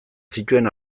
zituen